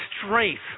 strength